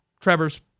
Trevor's